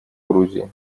грузии